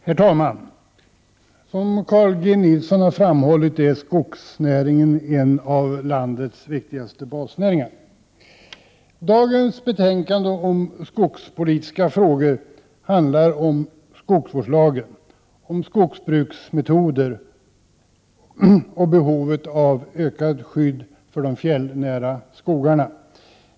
Herr talman! Som Carl G Nilsson har framhållit är skogsnäringen en av landets viktigaste basnäringar. Det betänkande som vi nu debatterar om skogspolitiska frågor handlar om skogsvårdslagen, om skogsbruksmetoder och om behovet av ökat skydd för de fjällnära skogarna.